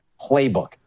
playbook